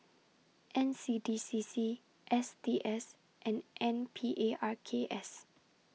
N C D C C S T S and N P A R K S